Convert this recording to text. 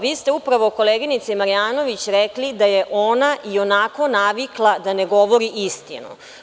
Vi ste upravo koleginici Marjanović rekli da je ona ionako navikla da ne govori istinu.